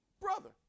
brother